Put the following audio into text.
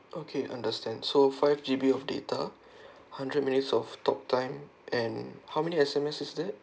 okay understand so five G_B of data hundred minutes of talk time and how many S_M_S is that